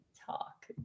talk